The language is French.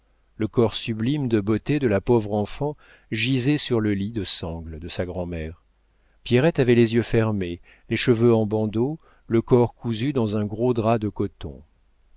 le corps sublime de la beauté de la pauvre enfant gisait sur le lit de sangle de sa grand'mère pierrette avait les yeux fermés les cheveux en bandeau le corps cousu dans un gros drap de coton